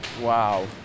wow